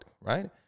right